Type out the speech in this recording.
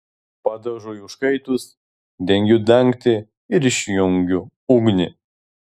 padažui užkaitus dengiu dangtį ir išjungiu ugnį